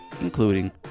including